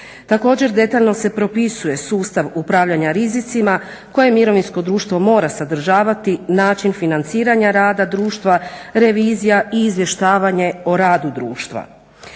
Također, detaljno se propisuje sustav upravljanja rizicima koje mirovinsko društvo mora sadržavati, način financiranja rada društva, revizija i izvještavanje o radu društva.